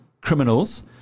criminals